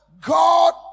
God